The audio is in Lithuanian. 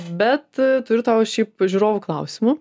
bet turiu tau šiaip žiūrovų klausimų